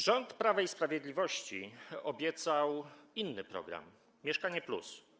Rząd Prawa i Sprawiedliwości obiecał inny program, „Mieszkanie+”